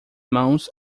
mãos